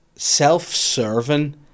self-serving